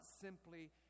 simply